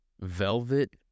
velvet